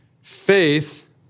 faith